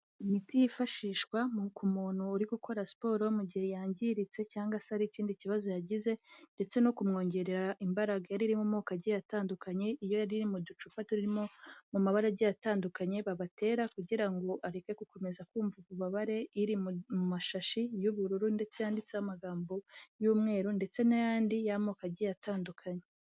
Imiti yifashishwa mu ku muntu uri gukora siporo mu gihe yangiritse cyangwa se hari ikindi kibazo yagize, ndetse no kumwongerera imbaraga, yari iri mu moko agiye atandukanye, iyo yari iri mu ducupa turimo mu mabara agiye atandukanye, babatera kugira ngo areke gukomeza kumva ububabare, iri mu mashashi y'ubururu ndetse yanditseho amagambo y'umweru ndetse n'ayandi y'amoko agiye atandukanye.